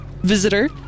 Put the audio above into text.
visitor